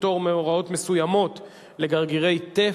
פטור מהוראות מסוימות לגרגרי טף),